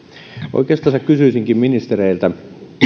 oikeastaan kysyisinkin ministereiltä